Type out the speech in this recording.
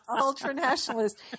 Ultra-nationalists